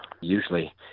usually